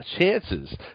chances